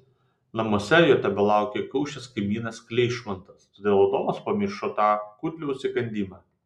namuose jo tebelaukė įkaušęs kaimynas kleišmantas todėl adomas pamiršo tą kudliaus įkandimą